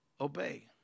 obey